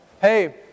Hey